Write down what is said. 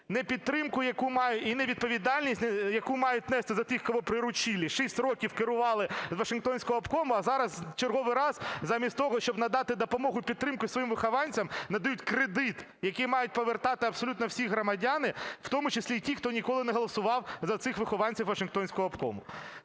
мають, і не відповідальність, яку мають нести за тих, кого приручили, 6 років керували з вашингтонського обкому, а зараз в черговий раз замість того, щоб надати допомогу і підтримку своїм вихованцям, надають кредит, який мають повертати абсолютно всі громадяни, в тому числі і ті, хто ніколи не голосував за цих вихованців вашингтонського обкому.